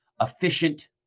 efficient